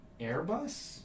Airbus